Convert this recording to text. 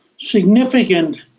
significant